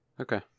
okay